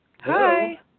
Hi